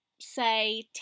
say